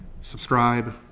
subscribe